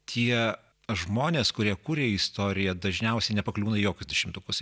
tie žmonės kurie kuria istoriją dažniausiai nepakliūna į jokius dešimtukus ir